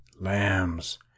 lambs